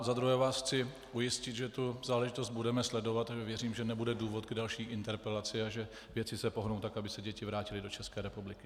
Za druhé vás chci ujistit, že tu záležitost budeme sledovat, a věřím, že nebude důvod k další interpelaci a že se věci pohnou tak, aby se děti vrátily do České republiky.